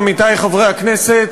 עמיתי חברי הכנסת,